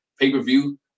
pay-per-view